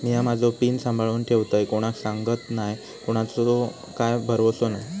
मिया माझो पिन सांभाळुन ठेवतय कोणाक सांगत नाय कोणाचो काय भरवसो नाय